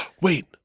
Wait